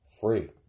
free